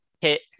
hit